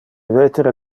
vetere